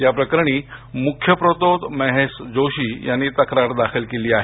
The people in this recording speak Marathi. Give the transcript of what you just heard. या प्रकरणी मुख्य प्रतोद महेश जोशी यांनी तक्रार दाखल केली आहे